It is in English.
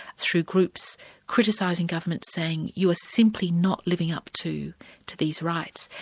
through groups criticising governments, saying you are simply not living up to to these rights.